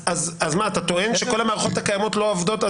אז מה, אתה טוען שכל המערכות הקיימות לא עובדות?